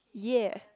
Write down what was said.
ya